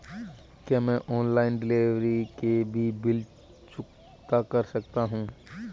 क्या मैं online delivery के भी बिल चुकता कर सकता हूँ?